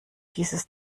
dieses